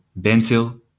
Bentil